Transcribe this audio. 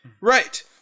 Right